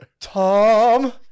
Tom